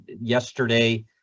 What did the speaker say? yesterday